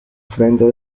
frente